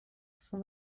for